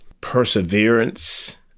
Perseverance